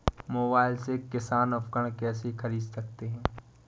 Mobile से किसान उपकरण कैसे ख़रीद सकते है?